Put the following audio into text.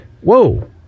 Whoa